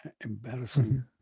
Embarrassing